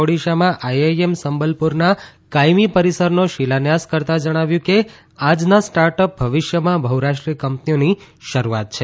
ઓડીશામાં આઇઆઇએમ સંબલપુરના કાયમી પરીસરનો શિલાન્યાસ કરતા જણાવ્યું કે આજના સ્ટાર્ટઅપ ભવિષ્યમાં બહ્રાષ્ટ્રીય કંપનીઓની શરૂઆત છે